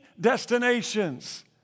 destinations